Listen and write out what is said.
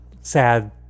sad